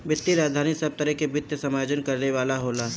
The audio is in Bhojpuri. वित्तीय राजधानी सब तरह के वित्त के समायोजन करे वाला होला